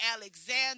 alexander